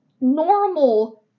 normal